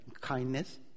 Kindness